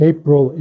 April